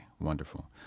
wonderful